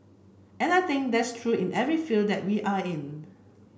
and I think that's true in every field that we are in